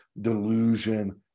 delusion